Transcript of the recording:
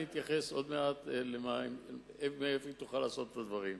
אני אתייחס עוד מעט לשאלה איך היא תוכל לעשות את הדברים.